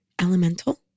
Elemental